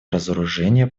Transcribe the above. разоружение